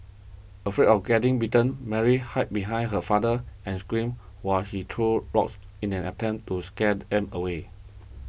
afraid of getting bitten Mary hide behind her father and screamed while he threw rocks in an attempt to scare them away